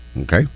okay